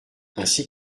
ainsi